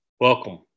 Welcome